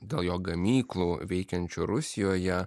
dėl jo gamyklų veikiančių rusijoje